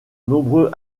nombreux